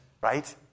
right